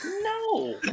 No